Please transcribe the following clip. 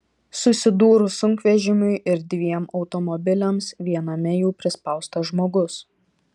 susidūrus sunkvežimiui ir dviem automobiliams viename jų prispaustas žmogus